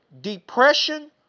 depression